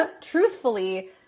truthfully